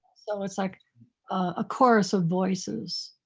so it's like a chorus of voices.